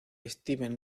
steven